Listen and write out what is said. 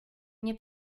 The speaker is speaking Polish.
nie